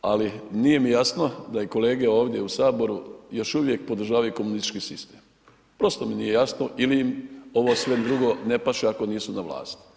ali nije mi jasno da i kolege ovdje u HS još uvijek podržavaju komunistički sistem, prosto mi nije jasno ili im ovo sve drugo ne paše ako nisu na vlasti.